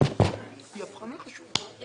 ברוכים הבאים.